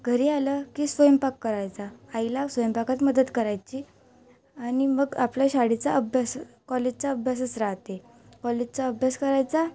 घरी आलं की स्वयंपाक करायचा आईला स्वयंपाकात मदत करायची आणि मग आपल्या शाळेचा अभ्यास कॉलेजचा अभ्यासच राहते कॉलेजचा अभ्यास करायचा